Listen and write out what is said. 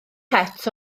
het